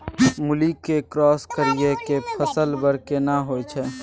मूली के क्रॉस करिये के फल बर केना होय छै?